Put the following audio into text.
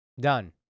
done